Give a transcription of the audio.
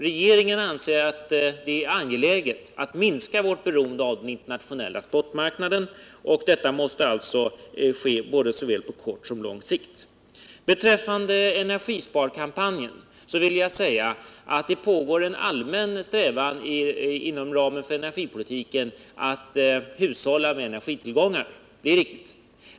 Regeringen anser att det är angeläget att minska vårt beroende av den internationella spot-marknaden, och detta måste alltså ske såväl på kort som på lång sikt. Beträffande energisparkampanjen vill jag säga att det finns en allvarlig strävan inom ramen för energipolitiken att hushålla med energitillgångarna, det är riktigt.